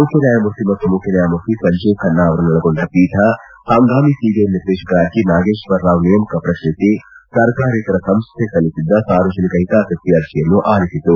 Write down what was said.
ಮುಖ್ಯ ನ್ಹಾಯಮೂರ್ತಿ ಮತ್ತು ನ್ಹಾಯಮೂರ್ತಿ ಸಂಜೀವ್ ಖನ್ನಾ ಅವರನ್ನೊಳಗೊಂಡ ಪೀಠ ಹಂಗಾಮಿ ಸಿಬಿಐ ನಿರ್ದೇಶಕರಾಗಿ ನಾಗೇಶ್ವರರಾವ್ ನೇಮಕ ಪ್ರಶ್ನಿಸಿ ಸರ್ಕಾರೇತರ ಸಂಸ್ವೆ ಸಲ್ಲಿಸಿದ್ದ ಸಾರ್ವಜನಿಕ ಹಿತಾಸಕ್ತಿ ಅರ್ಜಿಯನ್ನು ಆಲಿಸಿತು